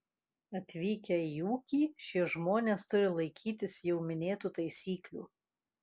atvykę į ūkį šie žmonės turi laikytis jau minėtų taisyklių